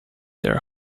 their